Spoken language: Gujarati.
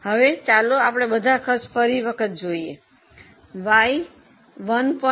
હવે ચાલો આપણે બધા ખર્ચ ફરીથી જોઈએ Y 1